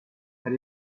had